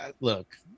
look